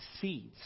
seeds